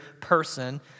person